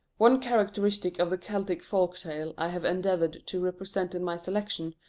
one characteristic of the celtic folk-tale i have endeavoured to represent in my selection,